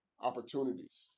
opportunities